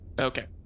Okay